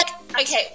okay